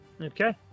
Okay